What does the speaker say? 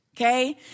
okay